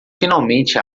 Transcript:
finalmente